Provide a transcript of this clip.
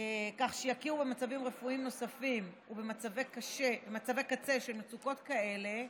כך שיכירו במצבים רפואיים נוספים ובמצבי קצה של מצוקות כאלה,